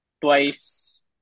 twice